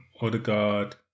Odegaard